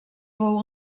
fou